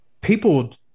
people